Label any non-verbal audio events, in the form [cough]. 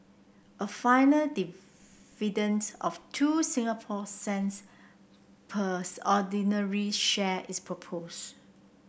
a final dividend of two Singapore cents [unintelligible] ordinary share is proposed